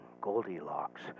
Goldilocks